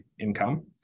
income